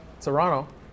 Toronto